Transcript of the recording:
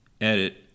edit